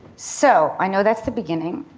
so, i know that's the beginning.